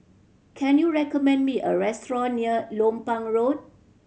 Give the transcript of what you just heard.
can you recommend me a restaurant near Lompang Road